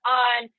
on